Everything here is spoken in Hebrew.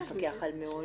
יש את המפקח על המעונות.